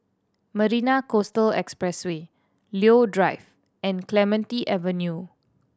Marina Coastal Expressway Leo Drive and Clementi Avenue